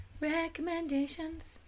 Recommendations